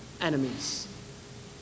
enemies